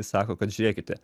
sako kad žiūrėkite